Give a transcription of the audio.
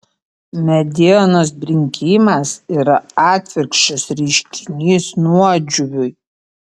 medienos brinkimas yra atvirkščias reiškinys nuodžiūviui